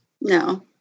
No